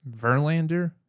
Verlander